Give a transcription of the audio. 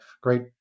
Great